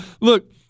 Look